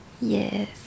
yes